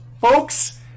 Folks